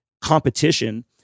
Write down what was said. competition